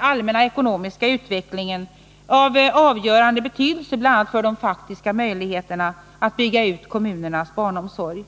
allmänna ekonomiska utvecklingen naturligtvis är av avgörande betydelse bl.a. för de faktiska möjligheterna att bygga ut kommunernas barnomsorg.